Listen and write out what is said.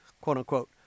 quote-unquote